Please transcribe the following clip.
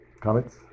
Comments